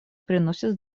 приносят